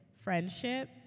friendship